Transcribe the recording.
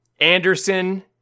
Anderson